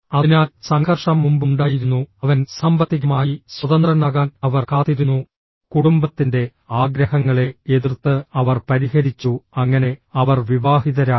അതിനാൽ സംഘർഷം മുമ്പ് ഉണ്ടായിരുന്നു അവൻ സാമ്പത്തികമായി സ്വതന്ത്രനാകാൻ അവർ കാത്തിരുന്നു കുടുംബത്തിന്റെ ആഗ്രഹങ്ങളെ എതിർത്ത് അവർ പരിഹരിച്ചു അങ്ങനെ അവർ വിവാഹിതരായി